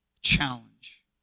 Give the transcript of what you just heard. Challenge